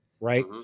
right